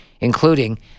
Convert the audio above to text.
including